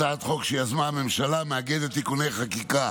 הצעת חוק, שיזמה הממשלה, מאגדת תיקוני חקיקה